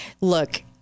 Look